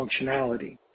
functionality